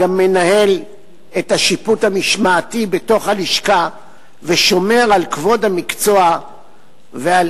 גם מנהל את השיפוט המשמעתי בתוך הלשכה ושומר על כבוד המקצוע ועל